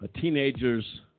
teenager's